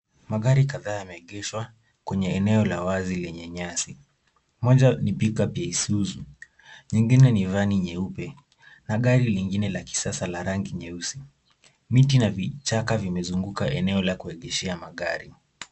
Magari kadhaa yameegeshwa kwenye eneo la wazi lenye nyasi. Moja ni Pickup ya Isuzu. Nyingine ni vani nyeupe na gari lingine la kisasa la rangi nyeusi. Mita na vichaka vimezunguka eneo la kuegeshea magari.